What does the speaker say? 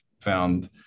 found